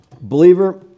Believer